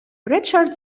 richard